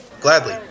Gladly